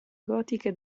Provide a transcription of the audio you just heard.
gotiche